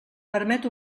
permet